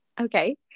Okay